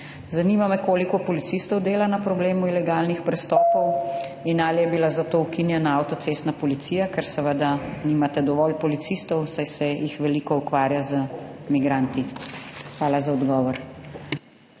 Zanima me: Koliko policistov dela na problemu ilegalnih prestopov? Ali je bila za to ukinjena avtocestna policija, ker seveda nimate dovolj policistov, saj se jih veliko ukvarja z migranti? Hvala za odgovor.